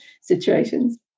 situations